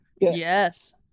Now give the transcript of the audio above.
yes